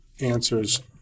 answers